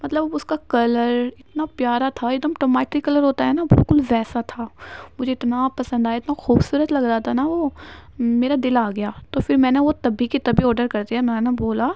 مطلب اس کا کلر اتنا پیارا تھا ایک دم ٹماٹری کلر ہوتا ہے نا بالکل ویسا تھا مجھے اتنا پسند آیا اتنا خوبصورت لگ رہا تھا نا وہ میرا دل آ گیا تو پھر میں نے وہ تبھی کی تبھی آرڈر کر دیا میں نے بولا